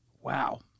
wow